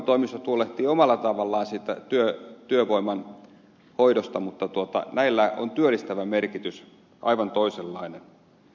työvoimatoimistot huolehtivat omalla tavallaan siitä työvoiman hoidosta mutta näillä on työllistävä merkitys aivan toisenlainen